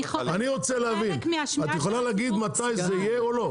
אני רוצה להבין את יכולה להגיד מתי זה יהיה או לא?